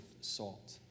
salt